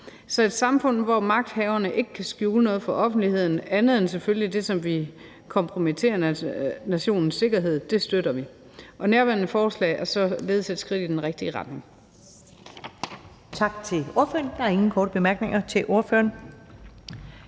Så et samfund, hvor magthaverne ikke kan skjule noget for offentligheden, andet end selvfølgelig det, som vil kompromittere nationens sikkerhed, støtter vi. Nærværende forslag er således et skridt i den rigtige retning.